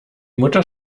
mutter